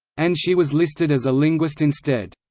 and she was listed as a linguist instead.